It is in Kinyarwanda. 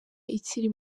ikiri